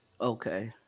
okay